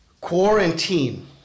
quarantine